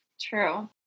True